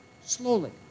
slowly